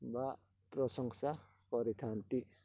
ବା ପ୍ରସଂଶା କରିଥାନ୍ତି